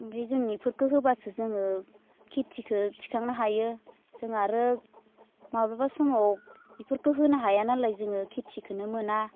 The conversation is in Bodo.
ओमफ्राय जों इफोरखो होब्लासो जोङो खेथिखो थिखांनो हायो जों आरो माब्लाबा समाव इफोरखो होनो हायानालाय जोङो खेथिखोनो मोना